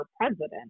president